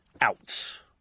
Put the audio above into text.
out